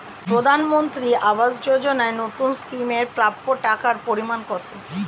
প্রধানমন্ত্রী আবাস যোজনায় নতুন স্কিম এর প্রাপ্য টাকার পরিমান কত?